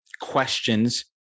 questions